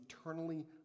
eternally